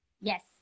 yes